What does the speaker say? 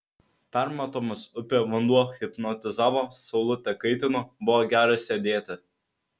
permatomas upė vanduo hipnotizavo saulutė kaitino buvo gera sėdėti